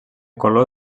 color